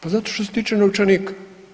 Pa zato što se tiče novčanika.